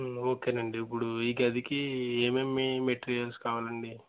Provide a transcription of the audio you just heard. okay అండి ఇప్పుడు ఈ గదికి ఏమేమి మెటీరియల్స్ కావాలండి